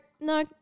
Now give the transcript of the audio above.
no